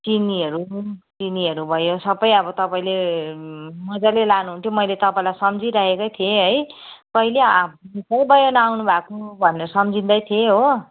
चिनीहरू चिनीहरू भयो सबै अब तपाईँले मजाले लानुहुन्थ्यो मैले तपाईँलाई सम्झिरहेकै थिएँ है पहिले अब निकै भयो नआउनु भएको भनेर सम्झँदै थिएँ हो